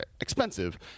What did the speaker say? expensive